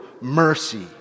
mercy